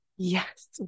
Yes